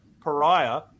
pariah